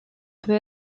peut